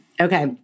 okay